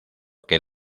que